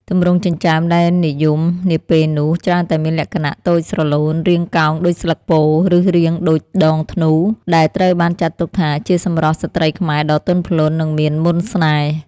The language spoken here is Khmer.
ទម្រង់ចិញ្ចើមដែលនិយមនាពេលនោះច្រើនតែមានលក្ខណៈតូច ស្រឡូន រាងកោងដូចស្លឹកពោធិ៍ ឬរាងដូចដងធ្នូ ដែលត្រូវបានចាត់ទុកថាជាសម្រស់ស្ត្រីខ្មែរដ៏ទន់ភ្លន់ និងមានមន្តស្នេហ៍។